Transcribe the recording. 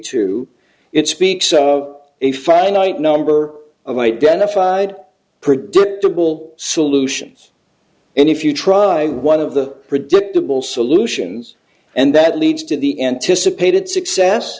two it speaks of a finite number of identified predictable solutions and if you try one of the predictable solutions and that leads to the anticipated success